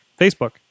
Facebook